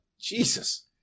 Jesus